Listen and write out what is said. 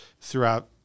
throughout